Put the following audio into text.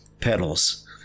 pedals